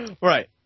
Right